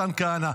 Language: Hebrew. מתן כהנא?